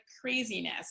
craziness